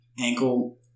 ankle